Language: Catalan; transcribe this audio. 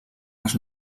els